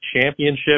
Championship